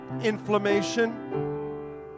inflammation